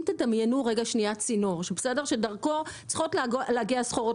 אם תדמיינו צינור שדרכו צריכות להגיע סחורות